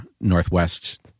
northwest